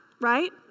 right